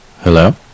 Hello